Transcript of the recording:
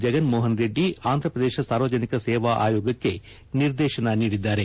ಜಗನ್ ಮೋಹನ್ ರೆಡ್ಡಿ ಆಂಧ್ರ ಪ್ರದೇಶ ಸಾರ್ವಜನಿಕ ಸೇವಾ ಆಯೋಗಕ್ಕೆ ನಿರ್ದೇಶನ ನೀಡಿದ್ದಾರೆ